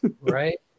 Right